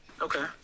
Okay